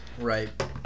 Right